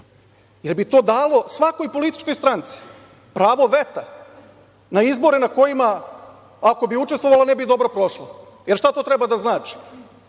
Jer bi to dalo pravo svakoj političkoj stranci pravo veta na izbore na kojima ako bi učestvovala ne bi dobro prošla. Šta to treba da znači?